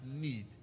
need